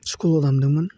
स्कुलाव दामदोंमोन